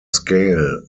scale